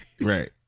right